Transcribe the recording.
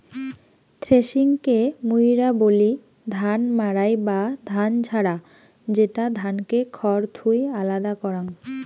থ্রেশিংকে মুইরা বলি ধান মাড়াই বা ধান ঝাড়া, যেটা ধানকে খড় থুই আলাদা করাং